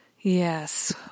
Yes